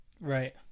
Right